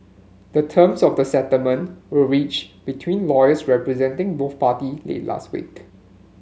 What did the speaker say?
the terms of the settlement were reached between lawyers representing both party late last week